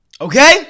okay